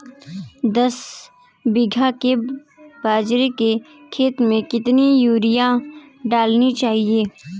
दस बीघा के बाजरे के खेत में कितनी यूरिया डालनी चाहिए?